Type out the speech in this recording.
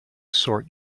sort